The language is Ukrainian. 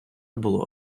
було